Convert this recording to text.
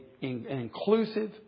inclusive